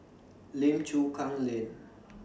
Lim Chu Kang Lane